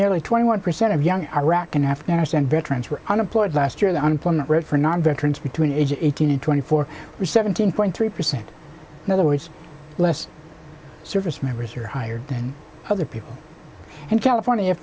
nearly twenty one percent of young iraq and afghanistan veterans were unemployed last year the unemployment rate for non veterans between ages eighteen and twenty four was seventeen point three percent in other words less service members are higher than other people and california